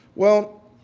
well,